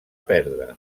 perdre